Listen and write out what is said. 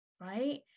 right